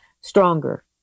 stronger